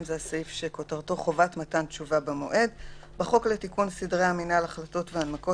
1. בחוק לתיקון סדרי המינהל (החלטות והנמקות),